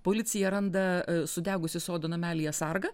policija randa sudegusio sodo namelyje sargą